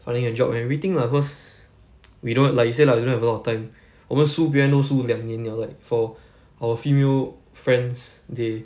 finding a job and everything lah cause we don't like you say lah we don't have a lot of time 我们输别人都输两年 liao like for our female friends they